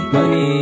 Money